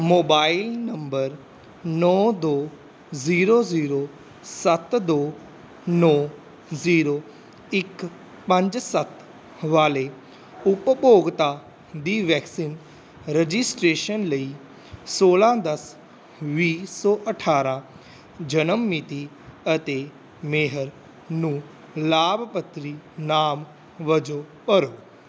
mobile number ਨੌਂ ਦੋ zero zero ਸੱਤ ਦੋ ਨੌਂ ਜ਼ੀਰੋ ਇੱਕ ਪੰਜ ਸੱਤ ਵਾਲੇ ਉਪਭੋਗਤਾ ਦੀ ਵੈਕਸੀਨ ਰਜਿਸਟ੍ਰੇਸ਼ਨ ਲਈ ਸੋਲਾਂ ਦਸ ਦੋ ਵੀਹ ਸੌ ਅਠਾਰਾਂ ਜਨਮ ਮਿਤੀ ਅਤੇ ਮੇਹਰ ਨੂੰ ਲਾਭਪਾਤਰੀ ਨਾਮ ਵਜੋਂ ਭਰੋ